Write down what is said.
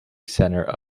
center